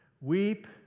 Weep